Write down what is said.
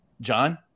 John